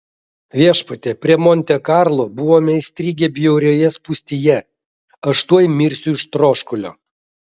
viešpatie prie monte karlo buvome įstrigę bjaurioje spūstyje aš tuoj mirsiu iš troškulio